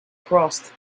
cross